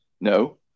No